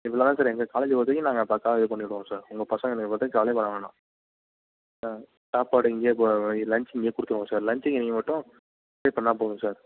இதுதான் சார் எங்கள் காலேஜ் பொறுத்த வரைக்கும் நாங்கள் பக்காவாக இது பண்ணிடுவோம் சார் உங்கள் பசங்களை பற்றி நீங்கள் கவலையே பட வேணாம் சாப்பாடு இங்கேயே லஞ்ச் இங்கேயே கொடுத்துருவோம் சார் லன்ச்சுக்கு நீங்கள் மட்டும் பே பண்ணால் போதும் சார்